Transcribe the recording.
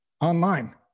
online